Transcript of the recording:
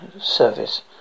service